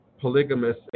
polygamous